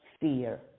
fear